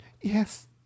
Yes